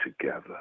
together